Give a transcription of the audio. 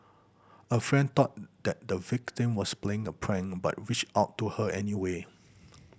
a friend thought that the victim was playing a prank but reached out to her anyway